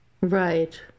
Right